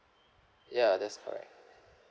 ya that's correct